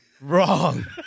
Wrong